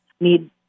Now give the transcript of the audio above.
Need